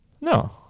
No